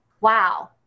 wow